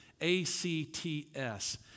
A-C-T-S